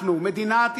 אנחנו, מדינת ישראל,